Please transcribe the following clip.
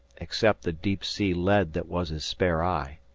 except the deep-sea lead that was his spare eye.